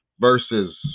Versus